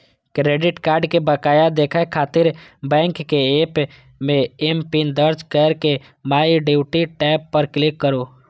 credit card के बकाया देखै खातिर बैंकक एप मे एमपिन दर्ज कैर के माइ ड्यू टैब पर क्लिक करू